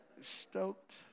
stoked